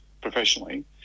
professionally